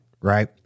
right